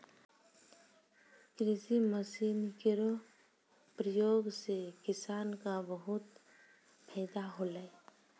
कृषि मसीन केरो प्रयोग सें किसान क बहुत फैदा होलै